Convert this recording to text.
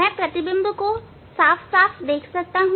मैं प्रतिबिंब साफ साफ देख सकता हूं